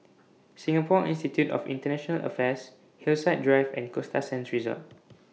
Singapore Institute of International Affairs Hillside Drive and Costa Sands Resort